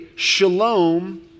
shalom